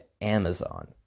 Amazon